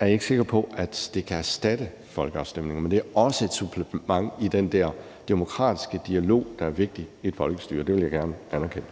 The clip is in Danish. jeg ikke sikker på, at det kan erstatte folkeafstemninger, men det er også et supplement i den der demokratiske dialog, der er vigtig i et folkestyre. Det vil jeg gerne anerkende.